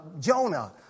Jonah